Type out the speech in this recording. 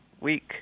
week